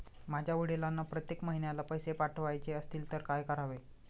माझ्या वडिलांना प्रत्येक महिन्याला पैसे पाठवायचे असतील तर काय करावे?